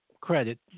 credit